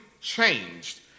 changed